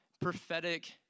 prophetic